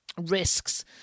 risks